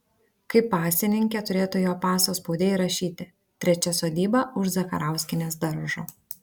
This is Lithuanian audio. kaip pasininkė turėtų jo paso spaude įrašyti trečia sodyba už zakarauskienės daržo